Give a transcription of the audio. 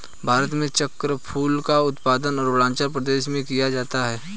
भारत में चक्रफूल का उत्पादन अरूणाचल प्रदेश में किया जाता है